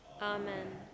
Amen